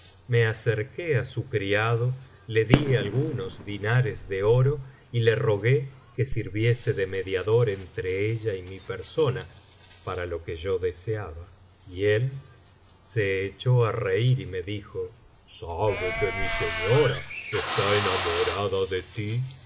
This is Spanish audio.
me acerqué á su criado le di algunos dinares de oro y le rogué que sirviese de mediador entre ella y mi persona para lo que yo deseaba y él se echó á reir y me dijo sabe que mi señora está enamorada de ti pues